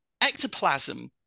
ectoplasm